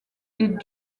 est